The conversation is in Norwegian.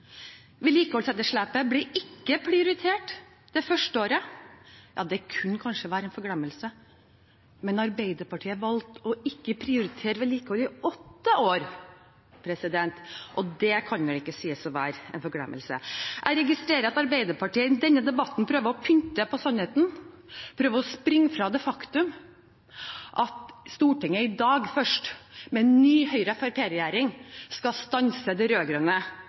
Vedlikeholdsetterslepet ble ikke prioritert det første året – ja, det kunne kanskje være en forglemmelse. Men Arbeiderpartiet valgte å ikke prioritere vedlikehold i åtte år, og det kan vel ikke sies å være en forglemmelse. Jeg registrerer at Arbeiderpartiet i denne debatten prøver å pynte på sannheten, prøver å springe fra det faktum at Stortinget først i dag, med ny Høyre–Fremskrittsparti-regjering, skal stanse